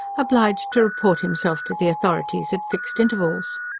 obliged to report himself to the authorities at fixed intervals?